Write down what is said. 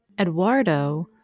eduardo